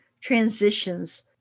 transitions